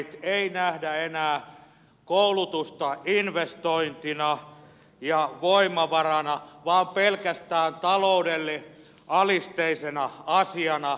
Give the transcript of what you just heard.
ei nähdä enää koulutusta investointina ja voimavarana vaan pelkästään taloudelle alisteisena asiana